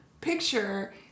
picture